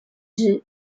ஏற்ற